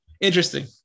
Interesting